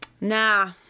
Nah